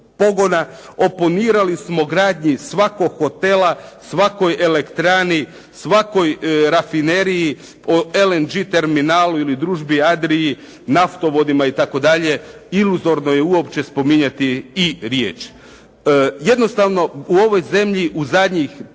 pogona, oponirali smo gradnji svakog hotela, svakoj elektrani, svakoj rafineriji, o LNG terminalu ili družbi "Adriji", naftovodima itd. iluzorno je uopće spominjati i riječ. Jednostavno u ovoj zemlji u zadnjih